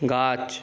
গাছ